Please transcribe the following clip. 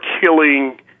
killing